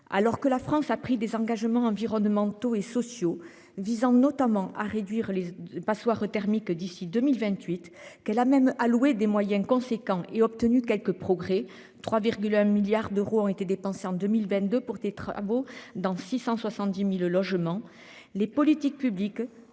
alors que la France a pris des engagements environnementaux et sociaux visant notamment à réduire les passoires thermiques d'ici 2028 qu'la même à louer des moyens conséquents et obtenu quelques progrès 3,1 milliards d'euros ont été dépensés en 2022 pour des travaux dans 670.000 logements. Les politiques publiques